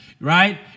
right